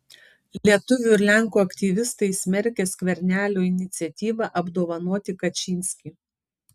lietuvių ir lenkų aktyvistai smerkia skvernelio iniciatyvą apdovanoti kačynskį